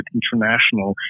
international